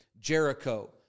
Jericho